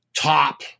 top